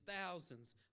thousands